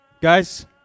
Guys